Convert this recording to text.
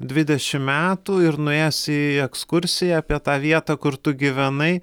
dvidešimt metų ir nuėjęs į ekskursiją apie tą vietą kur tu gyvenai